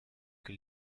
que